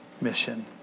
mission